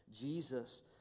Jesus